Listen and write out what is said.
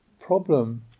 problem